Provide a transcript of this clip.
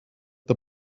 the